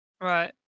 Right